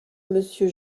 monsieur